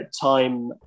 time